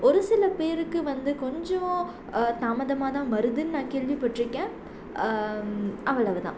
ஒரு சில பேருக்கு வந்து கொஞ்சம் தாமதமாகதான் வருதுன்னு நான் கேள்விப்பட்டிருக்கேன் அவ்வளவுதான்